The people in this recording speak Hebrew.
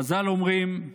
חז"ל אומרים: